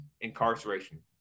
incarceration